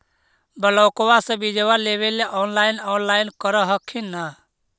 ब्लोक्बा से बिजबा लेबेले ऑनलाइन ऑनलाईन कर हखिन न?